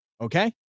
okay